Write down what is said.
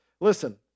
listen